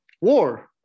War